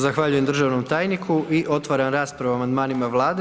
Zahvaljujem državnom tajniku i otvaram raspravu o amandmanima Vlade.